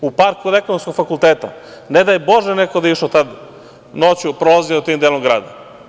U parku kod Ekonomskog fakulteta, ne daj Bože da je neko išao tad noću, prolazio tim delom grada.